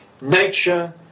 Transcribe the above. Nature